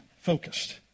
focused